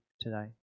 today